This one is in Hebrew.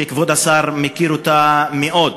שכבוד השר מכיר אותה מאוד,